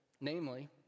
namely